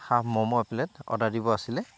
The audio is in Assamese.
হাফ ম'ম' এক প্লেট অৰ্ডাৰ দিব আছিলে